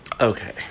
Okay